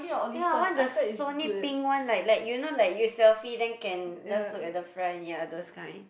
ya I want the Sony pink one like like you know like you selfie then can just look at the front ya those kind